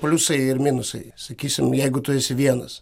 pliusai ir minusai sakysim jeigu tu esi vienas